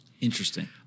Interesting